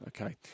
Okay